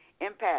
impact